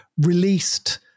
released